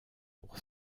pour